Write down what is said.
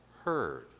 heard